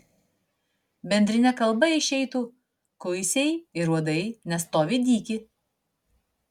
bendrine kalba išeitų kuisiai ir uodai nestovi dyki